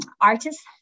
artists